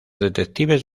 detectives